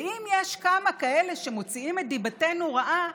ואם יש כמה כאלה שמוציאים את דיבתנו רעה,